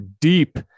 deep